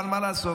אבל מה לעשות,